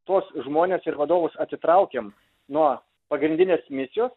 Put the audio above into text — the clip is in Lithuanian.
tuos žmones ir vadovus atitraukiam nuo pagrindinės misijos